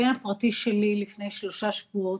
הבן הפרטי שלי, לפני שלושה שבועות,